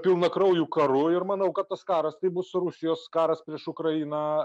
pilnakrauju karu ir manau kad tas karas tai bus rusijos karas prieš ukrainą